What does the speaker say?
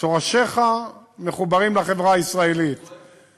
שורשיך מחוברים לחברה הישראלית, לכן זה כואב לי.